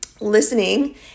listening